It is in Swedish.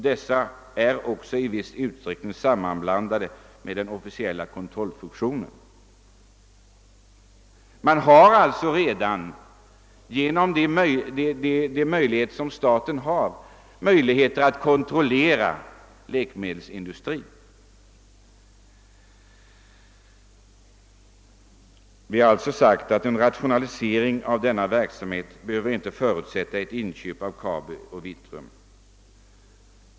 Dessa är också i viss utsträckning inblandade i den officiella kontrollfunktionen. Staten har alltså redan möjligheter att kontrollera läkemedelsindustrin. En rationalisering av denna verksamhet behöver således inte förutsätta ett inköp av Kabi och Vitrum.